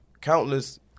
countless